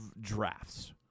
drafts